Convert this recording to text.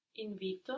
Invito